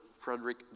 Frederick